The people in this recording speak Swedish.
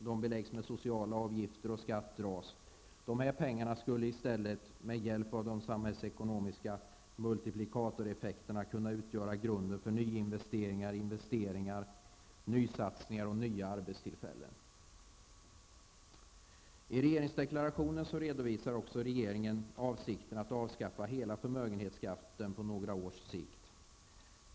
De beläggs med sociala avgifter och skatt dras. Dessa pengar skulle i stället, med hjälp av den samhällsekonomiska multiplikatoreffekten, kunna utgöra grunden för nysatsningar, investeringar och nya arbetstillfällen. I regeringsdeklarationen redovisar regeringen avsikten av avskaffa hela förmögenhetsskatten på några års sikt.